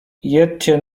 jedźcie